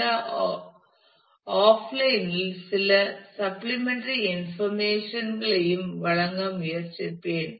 இந்த ஆஃப்லைனில் சில சப்ளிமெண்டரி இன்ஃபர்மேஷன் களையும் வழங்க முயற்சிப்பேன்